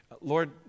Lord